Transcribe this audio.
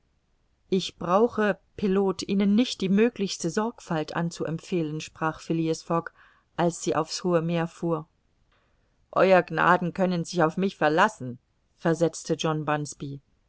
ich brauche pilot ihnen nicht die möglichste sorgfalt anzuempfehlen sprach phileas fogg als sie auf's hohe meer fuhr ew gnaden können sich auf mich verlassen versetzte